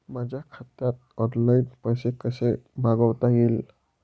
माझ्या खात्यात ऑनलाइन पैसे कसे मागवता येतील?